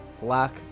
black